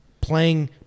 playing